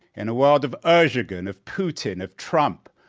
in a world of erdogan, of putin, of trump,